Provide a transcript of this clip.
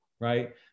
right